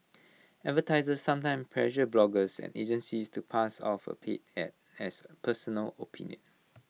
advertisers sometimes pressure bloggers and agencies to pass off A paid Ad as personal opinion